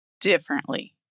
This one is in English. differently